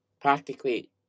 practically